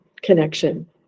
connection